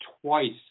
twice